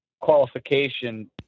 qualification